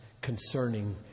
concerning